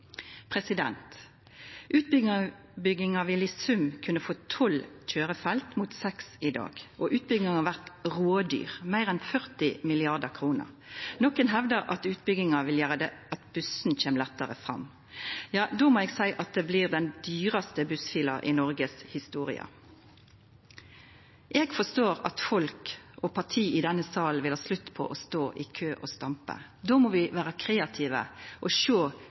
i sum kunna få tolv køyrefelt mot seks i dag, og utbygginga blir rådyr – meir enn 40 mrd. kr. Nokon hevdar at utbygginga vil gjera at bussen kjem lettare fram. Då må eg seia at det blir den dyraste bussfila i noregshistoria. Eg forstår at folk og parti i denne salen vil ha slutt på å stå i kø og stampa. Då må vi vera kreative og sjå